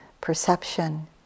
perception